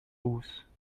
hausse